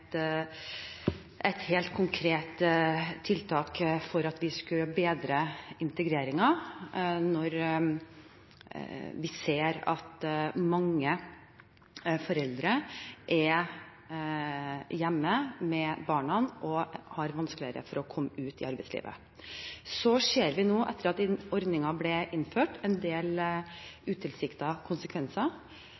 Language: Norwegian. vi ser at mange foreldre er hjemme med barna og har vanskeligere for å komme ut i arbeidslivet. Så ser vi nå, etter at ordningen ble innført, en del